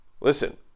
Listen